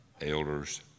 elders